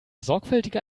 sorgfältiger